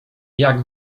jak